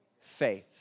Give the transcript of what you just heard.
faith